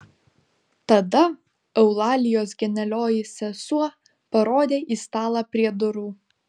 tada eulalijos genialioji sesuo parodė į stalą prie durų